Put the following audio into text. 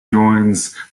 joins